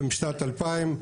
ומשנת 2000,